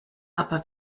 aber